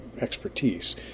expertise